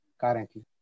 currently